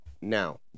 now